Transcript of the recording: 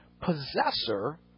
possessor